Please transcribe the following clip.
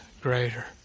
greater